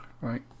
Right